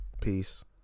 peace